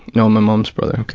no, my mum's brother.